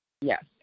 Yes